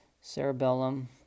cerebellum